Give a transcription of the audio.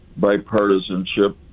bipartisanship